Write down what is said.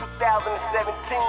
2017